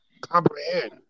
comprehend